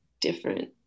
different